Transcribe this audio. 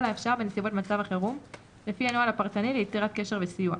האפשר בנסיבות מצב החירום לפי הנוהל הפרטני ליצירת קשר וסיוע,